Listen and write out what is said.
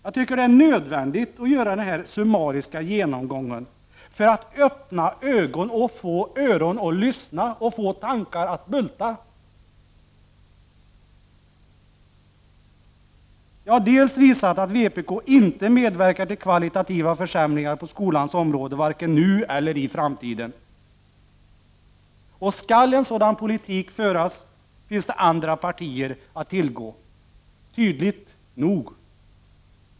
Jag tycker att det är nödvändigt att göra den här summariska genomgången för att öppna ögon, få öron att lyssna och tankar att bulta. Jag har visat att vpk inte medverkar till kvalitativa försämringar på skolans område, vare sig nu eller i framtiden. Skall en sådan politik föras, finns det andra partier att tillgå, tydligt nog.